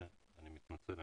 אני מתנצל.